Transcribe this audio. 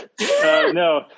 No